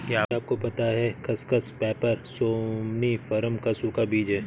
क्या आपको पता है खसखस, पैपर सोमनिफरम का सूखा बीज है?